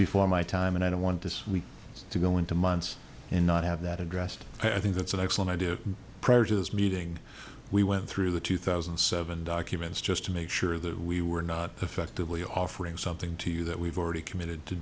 before my time and i don't want this week to go into months and not have that addressed i think that's an excellent idea prior to this meeting we went through the two thousand and seven documents just to make sure that we were not effectively offering something to you that we've already committed to